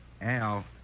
Al